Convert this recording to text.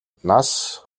нас